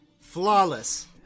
Flawless